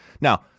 Now